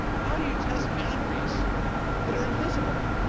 how do you test boundaries that are invisible?